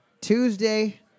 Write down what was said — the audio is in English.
Tuesday